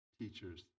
teachers